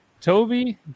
Toby